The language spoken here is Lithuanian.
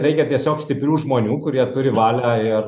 reikia tiesiog stiprių žmonių kurie turi valią ir